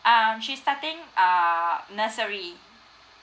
um she's starting err nursery